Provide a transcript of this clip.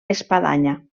espadanya